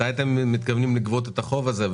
מתי אתם מתכוונים לגבות את החוב הזה?